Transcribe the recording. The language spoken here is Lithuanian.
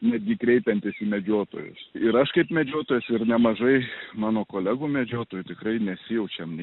netgi kreipiantis į medžiotojus ir aš kaip medžiotojas ir nemažai mano kolegų medžiotojų tikrai nesijaučiam